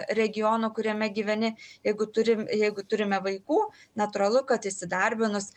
regiono kuriame gyveni jeigu turim jeigu turime vaikų natūralu kad įsidarbinus